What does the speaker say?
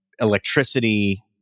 electricity